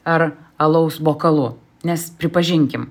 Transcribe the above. ar alaus bokalu nes pripažinkim